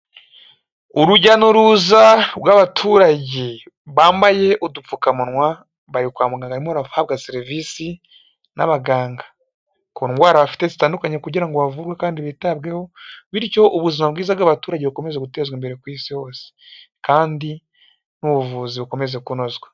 Urujya n'uruza rw'abaturage bambaye udupfukamunwa, bari kwa muganga barimo barahabwa serivisi n'abaganga ku ndwara bafite zitandukanye kugira ngo bavurwe kandi bitabweho, bityo ubuzima bwiza bw'abaturage bukomeze gutezwa imbere ku isi hose, kandi n'ubuvuzi bukomeze kunozwa.